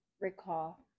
recall